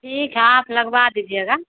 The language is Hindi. ठीक है आप लगबा दीजिएगा